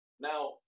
Now